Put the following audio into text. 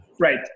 Right